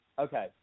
Okay